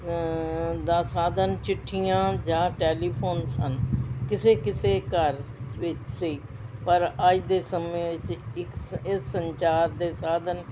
ਦਾ ਸਾਧਨ ਚਿੱਠੀਆਂ ਜਾਂ ਟੈਲੀਫੋਨ ਸਨ ਕਿਸੇ ਕਿਸੇ ਘਰ ਵਿੱਚ ਸੀ ਪਰ ਅੱਜ ਦੇ ਸਮੇਂ ਵਿੱਚ ਇੱਕ ਇਸ ਸੰਚਾਰ ਦੇ ਸਾਧਨ